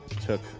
took